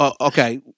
Okay